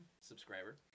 subscriber